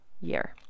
year